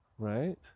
right